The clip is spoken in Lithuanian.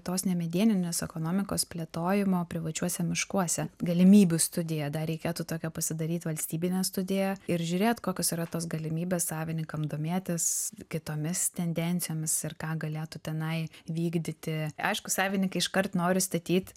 tos nemedieninės ekonomikos plėtojimo privačiuose miškuose galimybių studiją dar reikėtų tokią pasidaryt valstybinę studiją ir žiūrėt kokios yra tos galimybės savininkam domėtis kitomis tendencijomis ir ką galėtų tenai vykdyti aišku savininkai iškart nori statyt